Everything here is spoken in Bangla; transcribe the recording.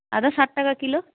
আদা ষাট টাকা কিলো